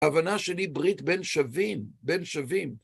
הבנה שלי ברית בין שווים, בין שווים.